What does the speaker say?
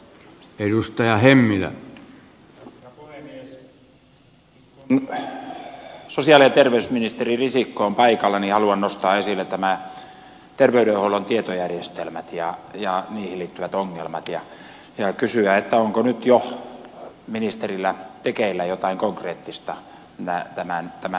kun sosiaali ja terveysministeri risikko on paikalla niin haluan nostaa esille terveydenhuollon tietojärjestelmät ja niihin liittyvät ongelmat ja kysyä onko nyt jo ministerillä tekeillä jotain konkreettista tämän asian hoitamiseksi